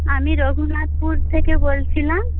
আমি রঘুনাথপুর থেকে বলছিলাম